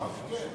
במה ידונו שם?